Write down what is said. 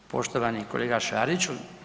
Poštovani kolega Šariću.